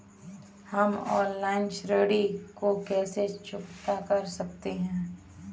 हम ऑनलाइन ऋण को कैसे चुकता कर सकते हैं?